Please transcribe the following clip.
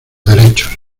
derechos